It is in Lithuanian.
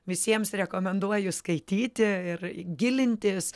visiems rekomenduoju skaityti ir gilintis